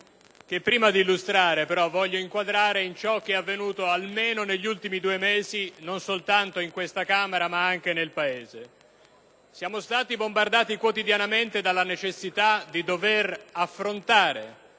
che, prima di illustrare, voglio inquadrare in ciò che è avvenuto almeno negli ultimi due mesi, non soltanto in questa Camera ma anche nel Paese. Siamo stati bombardati quotidianamente dalla necessità di affrontare